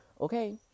Okay